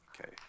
Okay